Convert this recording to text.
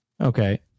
Okay